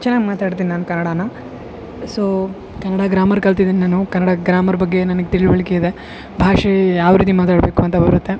ಚೆನ್ನಾಗಿ ಮಾತಾಡ್ತೀನಿ ನಾನು ಕನ್ನಡದನ ಸೊ ಕನ್ನಡ ಗ್ರಾಮರ್ ಕಲ್ತಿದೀನಿ ನಾನು ಕನ್ನಡ ಗ್ರಾಮರ್ ಬಗ್ಗೆ ನನಗೆ ತಿಳುವಳಿಕೆ ಇದೆ ಭಾಷೆ ಯಾವ ರೀತಿ ಮಾತಾಡಬೇಕು ಅಂತ ಬರುತ್ತೆ